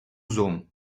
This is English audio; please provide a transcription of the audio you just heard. zone